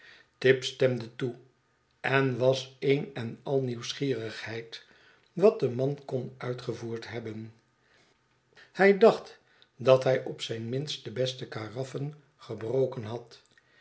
tibbs stemde toe en was een en al nieuwsgierigheid wat de man kon uitgevoerd hebben hij dacht dat hij op zijn minst de beste karaffen gebroken had